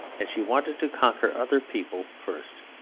and she wanted to conquer other people first.